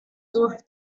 durch